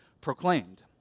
proclaimed